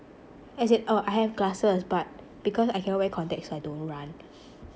as in oh I have glasses but because I cannot wear contacts so I don't run